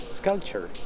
sculpture